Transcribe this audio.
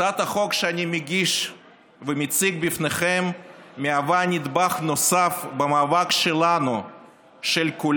הצעת החוק שאני מגיש ומציג בפניכם היא נדבך נוסף במאבק של כולנו,